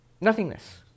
nothingness